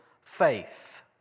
faith